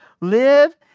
Live